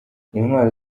intwaro